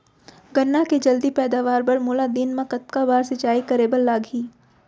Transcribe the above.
गन्ना के जलदी पैदावार बर, मोला दिन मा कतका बार सिंचाई करे बर लागही?